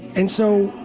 and so,